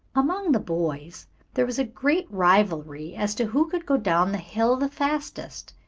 among the boys there was a great rivalry as to who could go down the hill the fastest,